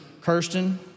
Kirsten